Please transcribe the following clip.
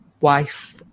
wife